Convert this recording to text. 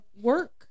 work